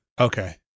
Okay